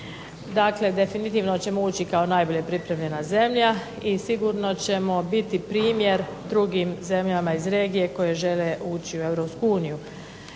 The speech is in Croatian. Dakle, definitivno ćemo ući kao najbolje pripremljena zemlja i sigurno ćemo biti primjer i drugim zemljama iz regije koje žele ući u EU.